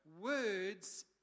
Words